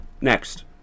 Next